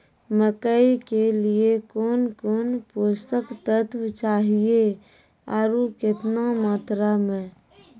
मकई के लिए कौन कौन पोसक तत्व चाहिए आरु केतना मात्रा मे?